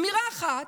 אמירה אחת,